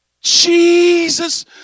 Jesus